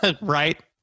Right